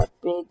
big